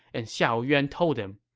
and xiahou yuan told him,